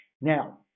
Now